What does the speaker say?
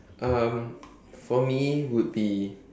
um for me would be